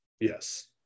Yes